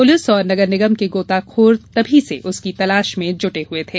police और नगरनिगम के गोताखोर तभी से उसकी तलाश में जुटे हुए थे